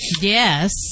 Yes